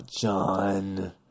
John